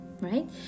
right